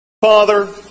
Father